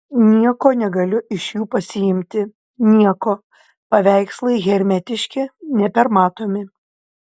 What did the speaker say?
nieko negaliu iš jų pasiimti nieko paveikslai hermetiški nepermatomi